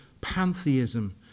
pantheism